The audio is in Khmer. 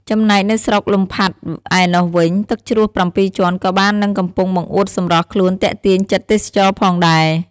ចំណែកនៅស្រុកលំផាត់ឯណោះវិញ ទឹកជ្រោះប្រាំពីរជាន់ក៏បាននឹងកំពុងបង្អួតសម្រស់ខ្លួនទាក់ទាញចិត្តទេសចរផងដែរ។